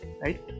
right